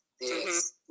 yes